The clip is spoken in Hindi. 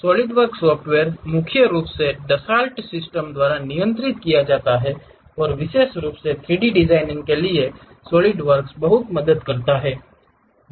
सॉलिडवर्क्स सॉफ्टवेयर मुख्य रूप से डसॉल्ट सिस्टम द्वारा नियंत्रित किया जाता है और विशेष रूप से 3 डी डिजाइनिंग के लिए यह सॉलिडवर्क्स बहुत मदद करता है